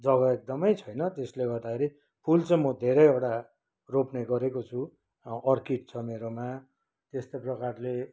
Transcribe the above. जग्गा एकदमै छैन त्यसले गर्दाखेरि फुल चाहिँ म धेरैवटा रोप्ने गरेको छु अर्किड छ मेरोमा त्यस्तै प्रकारले